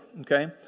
okay